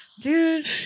dude